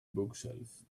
bookshelf